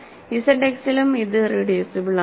Z എക്സിലും ഇത് irreducible ആണ്